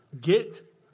get